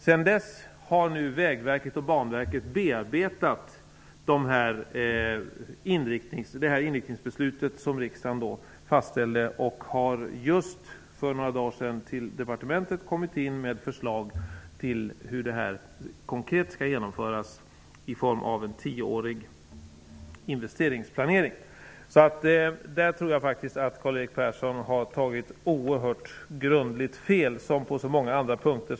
Sedan dess har Vägverket och Banverket bearbetat det inriktningsbeslut som riksdagen fastställde. För några dagar sedan inkom förslag till departementet om hur detta konkret skall genomföras i form av en tioårig investeringsplanering. Jag tror faktiskt att Karl-Erik Persson där har tagit grundligt fel, liksom han gjort på många andra punkter.